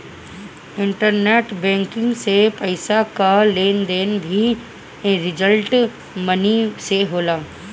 internet banking से पईसा कअ लेन देन भी डिजटल मनी से होला